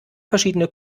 verschiedene